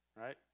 right